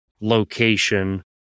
location